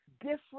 different